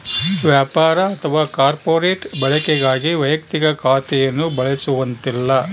ವ್ಯಾಪಾರ ಅಥವಾ ಕಾರ್ಪೊರೇಟ್ ಬಳಕೆಗಾಗಿ ವೈಯಕ್ತಿಕ ಖಾತೆಯನ್ನು ಬಳಸುವಂತಿಲ್ಲ